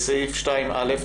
סעיף 2א,